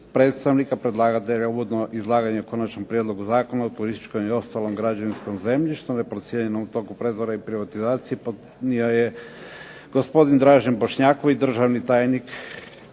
predstavnika predlagatelja o uvodnom izlaganju Konačni prijedlog Zakona o turističkom i ostalom građevinskom zemljištu neprocijenjenom u postupku pretvorbe i privatizacije podnio je gospodin Dražen Bošnjaković državni tajnik